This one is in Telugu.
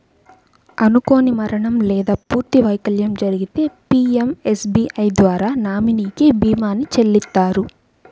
అనుకోని మరణం లేదా పూర్తి వైకల్యం జరిగితే పీయంఎస్బీఐ ద్వారా నామినీకి భీమాని చెల్లిత్తారు